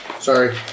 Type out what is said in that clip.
Sorry